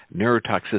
neurotoxicity